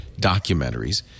documentaries